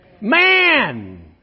Man